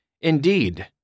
Indeed